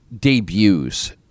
debuts